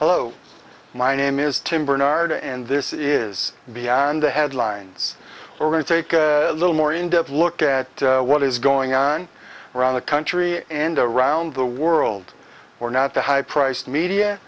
hello my name is tim bernardo and this is beyond the headlines we're going to take a little more in depth look at what is going on around the country and around the world or not the high priced media